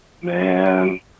Man